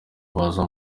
baza